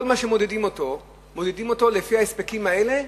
כל מה שמודדים אותו לפיו הוא לפי ההספקים האלה,